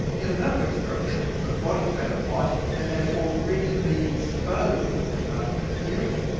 in another experiment, they took the body fat of mice that had already been exposed to nasty bacteria.